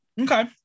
okay